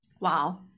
Wow